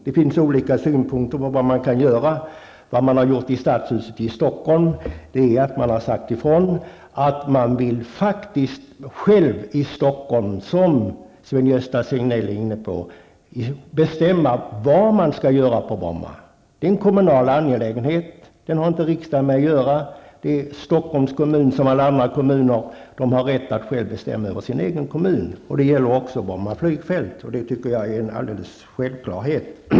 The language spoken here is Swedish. Det finns olika synpunkter på vad man kan göra. I stadshuset i Stockholm har man sagt ifrån att man faktiskt själva vill bestämma vad man skall göra på Bromma. Det var Sven-Gösta Signell också inne på. Det är en kommunal angelägenhet som riksdagen inte har någonting med att göra. Stockholms kommun har, som alla andra kommuner, rätt att själv bestämma över sin egen kommun. Det gäller även Bromma flygfält, och det tycker jag är alldeles självklart.